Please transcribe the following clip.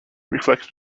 reflected